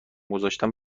گذاشتن